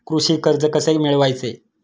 कृषी कर्ज कसे मिळवायचे?